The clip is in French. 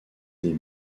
des